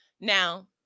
Now